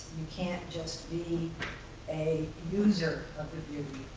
you can't just be a user of the beauty.